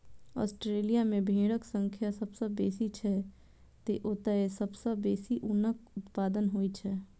Australia मे भेड़क संख्या सबसं बेसी छै, तें ओतय सबसं बेसी ऊनक उत्पादन होइ छै